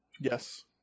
Yes